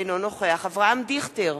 אינו נוכח אברהם דיכטר,